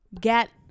get